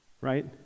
Right